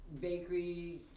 Bakery